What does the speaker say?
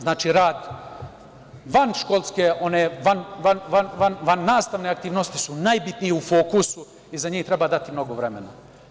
Znači rad vanškolske, one vannastavne aktivnosti su najbitniji u fokusu i za njih treba dati mnogo vremena.